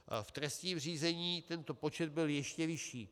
V trestním řízení tento počet byl ještě vyšší.